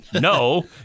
no